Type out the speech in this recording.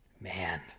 Man